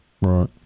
right